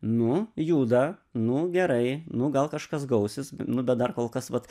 nu juda nu gerai nu gal kažkas gausis nu bet dar kolkas vat